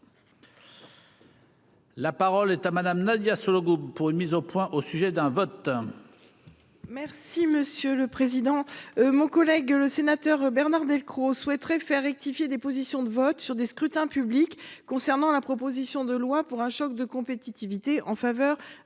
La parole est à madame Nadia Sollogoub pour une mise au point, au sujet d'un vote. Merci monsieur le président. Mon collègue le sénateur Bernard Delcros souhaiterait faire rectifier des positions de vote sur des scrutins publics concernant la proposition de loi pour un choc de compétitivité en faveur